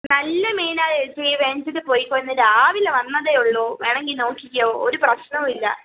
നല്ല മീനാണ് ഏച്ചി മേടിച്ചിട്ട് പോയിക്കോ ഇന്ന് രാവിലെ വന്നതേ ഉള്ളൂ വേണമെങ്കിൽ നോക്കിക്കോ ഒരു പ്രശ്നവും ഇല്ല